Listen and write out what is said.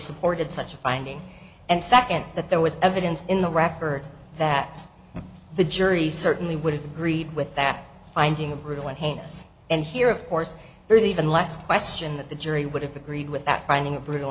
supported such a finding and second that there was evidence in the record that the jury certainly would agree with that finding a brutal and heinous and here of course there is even less question that the jury would have agreed with that finding a brutal